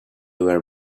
were